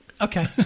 Okay